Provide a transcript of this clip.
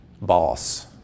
boss